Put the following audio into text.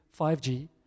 5G